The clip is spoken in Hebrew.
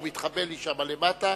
הוא מתחבא לי שם למטה,